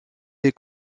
les